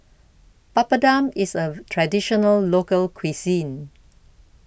Papadum IS A Traditional Local Cuisine